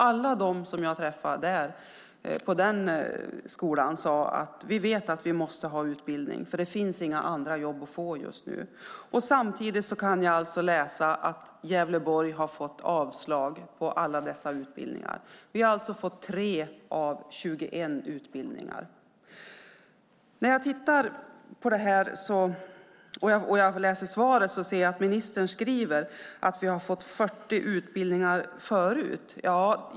Alla de som jag träffade på den skolan sade: Vi vet att vi måste ha utbildning, eftersom det inte finns några andra jobb att få just nu. Samtidigt kan jag läsa att Gävleborg har fått avslag på alla dessa utbildningar. Vi har fått tre av 21 utbildningar. Ministern säger i svaret att vi har fått 40 utbildningar förut.